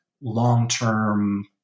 long-term